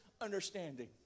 understanding